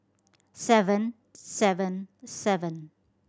seven seven seven